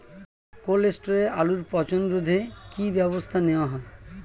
Cold স্টোরে আলুর পচন রোধে কি ব্যবস্থা নেওয়া হয়?